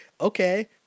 okay